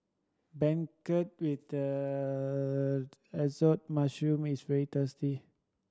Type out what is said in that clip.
beancurd with assorted mushroom is very tasty